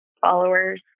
followers